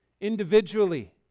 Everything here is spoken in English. individually